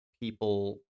people